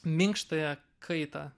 minkštąją kaitą